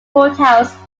courthouse